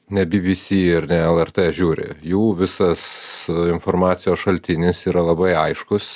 ne bbc ar lrt žiūri jų visas informacijos šaltinis yra labai aiškus